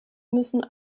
müssen